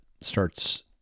starts